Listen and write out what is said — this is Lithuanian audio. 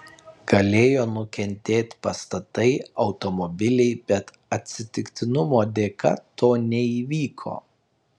galėjo nukentėt pastatai automobiliai bet atsitiktinumo dėka to neįvyko